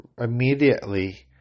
immediately